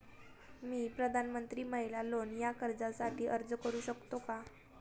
मी प्रधानमंत्री महिला लोन या कर्जासाठी अर्ज करू शकतो का?